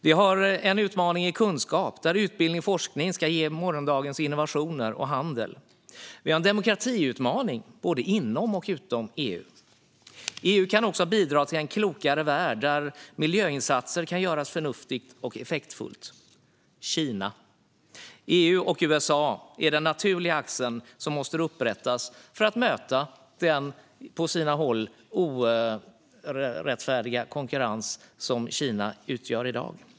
Vi har en kunskapsutmaning där utbildning och forskning ska ge morgondagens innovationer och handel. Vi har en demokratiutmaning både inom och utom EU. EU kan också bidra till en klokare värld där miljöinsatser kan göras förnuftigt och effektfullt. När det gäller Kina är EU och USA den naturliga axel som måste upprättas för att möta den på sina håll orättfärdiga konkurrens som Kina utgör i dag.